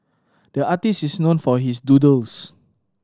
the artist is known for his doodles